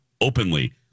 openly